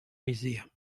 migdia